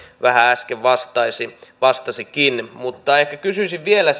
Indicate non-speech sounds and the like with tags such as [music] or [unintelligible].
vähän äsken vastasikin mutta ehkä kysyisin näistä vielä [unintelligible]